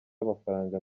amafaranga